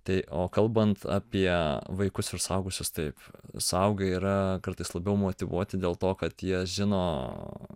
tai o kalbant apie vaikus ir suaugusius taip suaugę yra kartais labiau motyvuoti dėl to kad jie žino